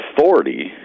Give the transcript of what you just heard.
authority